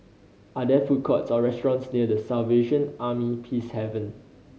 are there food courts or restaurants near The Salvation Army Peacehaven